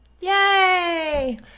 Yay